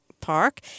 park